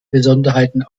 besonderheiten